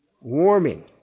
Warming